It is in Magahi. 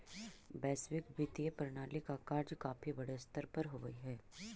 वैश्विक वित्तीय प्रणाली का कार्य काफी बड़े स्तर पर होवअ हई